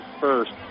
first